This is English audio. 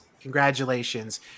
Congratulations